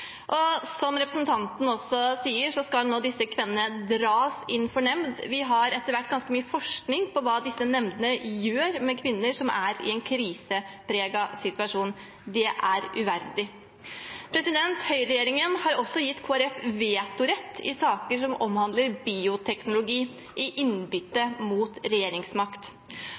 magen. Som representanten også sier, skal nå disse kvinnene dras inn for en nemnd. Vi har etter hvert ganske mye forskning på hva disse nemndene gjør med kvinner som er i en krisepreget situasjon. Det er uverdig. Høyreregjeringen har også gitt Kristelig Folkeparti vetorett i saker som omhandler bioteknologi, i innbytte mot regjeringsmakt.